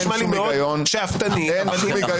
נשמע לי מאוד שאפתני --- אכן,